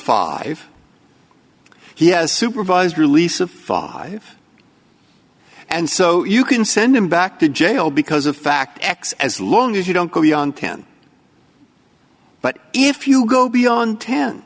five he has supervised release of five and so you can send him back to jail because of fact x as long as you don't go beyond ten but if you go beyond ten